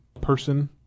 person